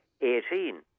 Eighteen